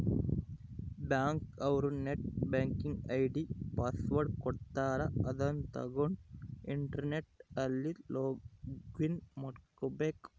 bank ಅವ್ರು net banking ID password ಕೊಡ್ತಾರ ಅದುನ್ನ ತಗೊಂಡ್ ಇಂಟರ್ನೆಟ್ ಅಲ್ಲಿ ಲೊಗಿನ್ ಮಾಡ್ಕಬೇಕು